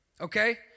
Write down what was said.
Okay